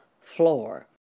floor